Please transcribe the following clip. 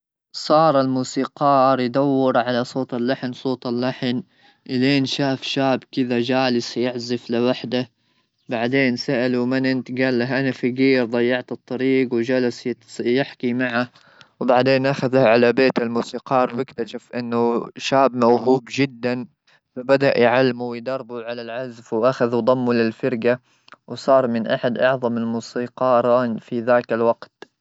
صار الموسيقار يدور على صوت اللحن صوت اللحن ;الين شاف شاب كذا جالس يعزف لوحده ,بعدين سالوا من انت قال له انا فقير ضيعت الطريق وجلست يحكي معه وبعدين اخذه على بيت الموسيقار, واكتشف انه شاب موهوب جدا فبدا يعلموه على العزف واخذوا ضمه للفرقه ,وصار من احد اعظم الموسيقى ران في ذاك الوقت.